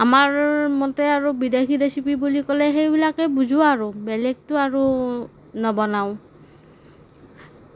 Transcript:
আমাৰ মতে আৰু বিদেশী ৰেচিপি বুলি ক'লে সেইবিলাকেই বুজোঁ আৰু বেলেগতো আৰু নবনাওঁ